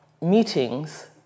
meetings